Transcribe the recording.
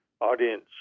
Audience